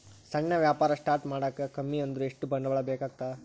ಸಣ್ಣ ವ್ಯಾಪಾರ ಸ್ಟಾರ್ಟ್ ಮಾಡಾಕ ಕಮ್ಮಿ ಅಂದ್ರು ಎಷ್ಟ ಬಂಡವಾಳ ಬೇಕಾಗತ್ತಾ